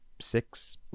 six